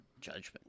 Judgment